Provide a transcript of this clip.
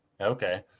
Okay